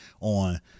On